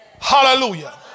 Hallelujah